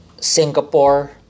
Singapore